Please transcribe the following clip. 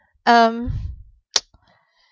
um